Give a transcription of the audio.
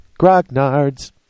Grognard's